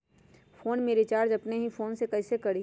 Phone में recharge अपने ही फ़ोन से कईसे करी?